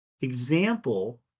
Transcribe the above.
example